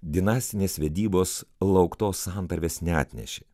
dinastinės vedybos lauktos santarvės neatnešė